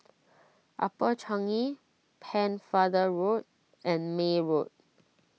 Upper Changi Pennefather Road and May Road